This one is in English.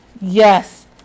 Yes